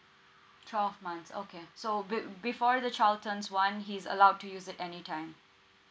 twelve months okay so be before the child turns one he's allowed to use it any time